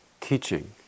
teaching